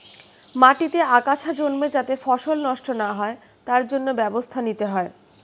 মাটিতে আগাছা জন্মে যাতে ফসল নষ্ট না হয় তার জন্য ব্যবস্থা নিতে হয়